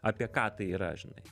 apie ką tai yra žinai